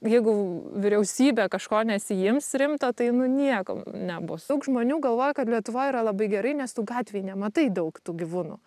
jeigu vyriausybė kažko nesiims rimto tai nu nieko nebus daug žmonių galvoja kad lietuvoj yra labai gerai nes tu gatvėj nematai daug tų gyvūnų